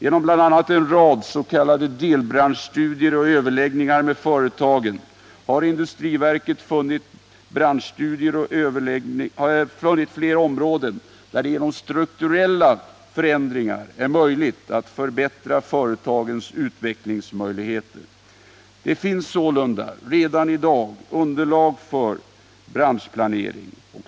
Efter bl.a. en rad s.k. delbranschstudier och överläggningar med företagen har industriverket funnit flera områden där det genom strukturella förändringar är möjligt att förbättra företagens utvecklingsmöjligheter. Det finns sålunda redan i dag underlag för branschplanering.